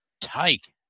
take